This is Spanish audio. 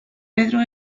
pedro